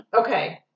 Okay